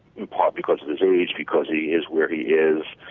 in part because the jury's because he is where he is